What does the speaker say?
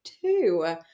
two